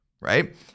right